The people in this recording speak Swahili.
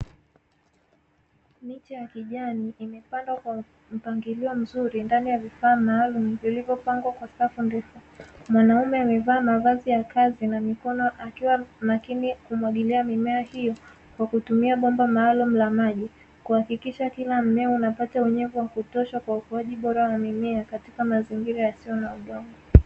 Miche ya kijani imepandwa kwa mpangilio mzuri ndani ya vifaa maalumu vilivyopangwa kwa safu ndefu. Mwanaume amevaa mavazi ya kazi na mikono akiwa makini kumwagilia mimea hiyo kwa kutumia bomba maalumu la maji, kuhakikisha kila mmea unapata unyevu wa kutosha kwa ukuaji bora wa mimea katika mazingira yasiyo na udongo.